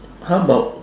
how about